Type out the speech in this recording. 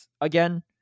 again